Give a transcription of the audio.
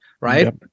right